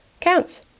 counts